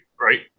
right